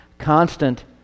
constant